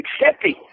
accepting